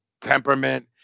temperament